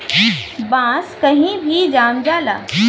बांस कही भी जाम जाला